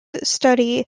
studies